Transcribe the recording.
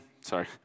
sorry